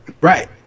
Right